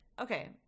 okay